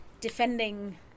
defending